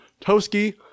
Toski